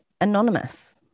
anonymous